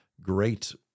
great